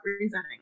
representing